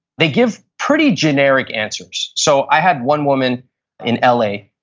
they give pretty generic answers. so i had one woman in l a.